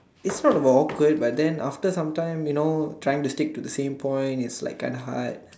it's not about awkward but then after some time you know trying to stick to the same point it's like damn hard